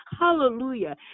Hallelujah